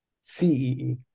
CEE